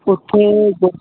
ਉੱਥੇ